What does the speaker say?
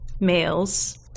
males